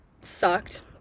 sucked